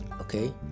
okay